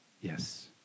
yes